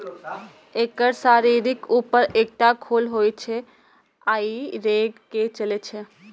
एकर शरीरक ऊपर एकटा खोल होइ छै आ ई रेंग के चलै छै